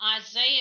Isaiah